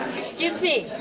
excuse me.